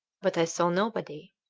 but i saw nobody.